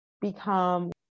become